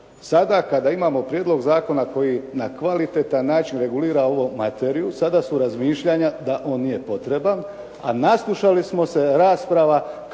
Sada kada imamo prijedlog zakona koji na kvalitetan način regulira ovu materiju, sada su razmišljanja da on nije potreban, a naslušali smo se rasprava